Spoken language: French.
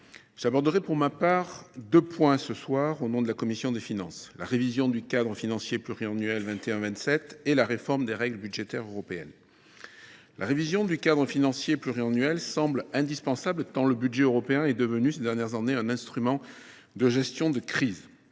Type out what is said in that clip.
j’aborderai pour ma part deux points, au nom de la commission des finances : la révision du cadre financier pluriannuel 2021 2027 et la réforme des règles budgétaires européennes. La révision du cadre financier pluriannuel semble indispensable tant le budget européen est devenu ces dernières années un instrument de gestion de crise.